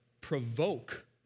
provoke